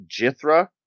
Jithra